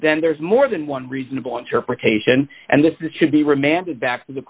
then there's more than one reasonable interpretation and that this should be remanded back to the